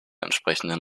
entsprechenden